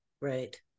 Right